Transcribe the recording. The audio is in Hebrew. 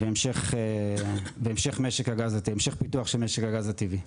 והמשך פיתוח של משק הגז הטבעי.